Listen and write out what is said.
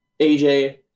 AJ